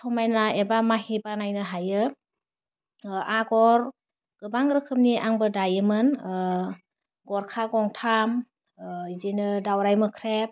समाइना एबा माहि बानायनो हायो आग'र गोबां रोखोमनि आंबो दायोमोन गरखा गंथाम बिदिनो दावराइ मोख्रेब